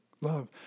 love